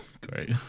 great